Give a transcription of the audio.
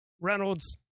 Reynolds